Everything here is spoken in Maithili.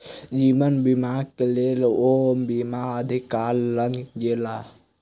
जीवन बीमाक लेल ओ बीमा अधिकारी लग गेला